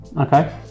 Okay